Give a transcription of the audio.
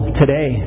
today